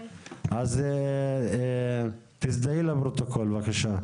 כן, תזדהי לפרוטוקול בבקשה.